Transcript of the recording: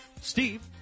Steve